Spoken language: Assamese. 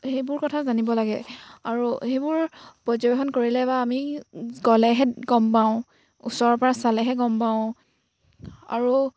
সেইবোৰ কথা জানিব লাগে আৰু সেইবোৰ পৰ্যবেক্ষণ কৰিলে বা আমি গ'লেহে গম পাওঁ ওচৰৰ পৰা চালেহে গম পাওঁ আৰু